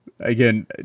Again